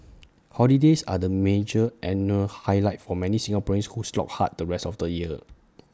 holidays are the major annual highlight for many Singaporeans who slog hard the rest of the year